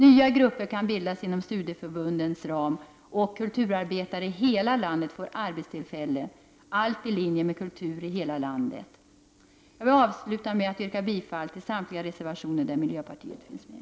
Nya grupper kan bildas inom studieförbundens ram och kulturarbetare i hela landet får arbetstillfällen, allt i linje med Kultur i hela landet. Jag vill avsluta med att yrka bifall till samtliga reservationer där miljöpartiet finns med.